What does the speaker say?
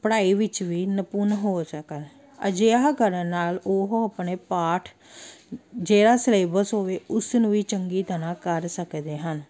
ਪੜ੍ਹਾਈ ਵਿੱਚ ਵੀ ਨਿਪੁੰਨ ਹੋ ਸਕਣ ਅਜਿਹਾ ਕਰਨ ਨਾਲ ਉਹ ਆਪਣੇ ਪਾਠ ਜਿਹੜਾ ਸਲੇਬਸ ਹੋਵੇ ਉਸ ਨੂੰ ਵੀ ਚੰਗੀ ਤਰ੍ਹਾਂ ਕਰ ਸਕਦੇ ਹਨ